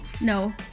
No